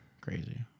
Crazy